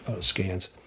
scans